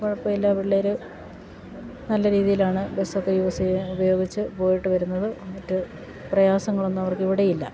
കുഴപ്പമില്ലാ പിള്ളേർ നല്ല രീതിയിലാണ് ബസ്സൊക്കെ യൂസ് ചെയ്യുക ഉപയോഗിച്ച് പോയിട്ട് വരുന്നത് മറ്റ് പ്രയാസങ്ങളൊന്നു അവർക്കിവിടെയില്ല